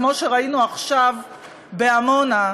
כמו שראינו עכשיו בעמונה,